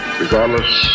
regardless